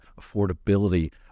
affordability